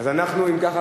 אם ככה,